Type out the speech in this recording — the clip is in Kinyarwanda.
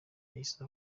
yahise